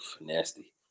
nasty